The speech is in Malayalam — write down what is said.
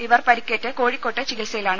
ഇവർ പരിക്കേറ്റ് കോഴിക്കോട്ട് ചികിത്സയിലാണ്